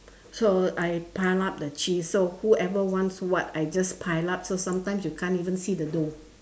so I piled up the cheese so whoever wants what I just pile up so sometimes you can't even see the dough